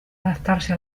adaptarse